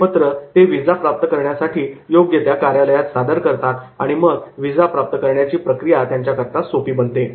हे पत्र ते विजा प्राप्त करण्याकरिता योग्य त्या कार्यालयात सादर करतात आणि मग विजा प्राप्त करण्याची प्रक्रिया त्यांच्याकरिता सोपी बनते